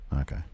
Okay